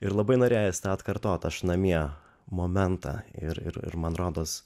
ir labai norėjos tą atkartot aš namie momentą ir man rodos